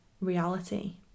reality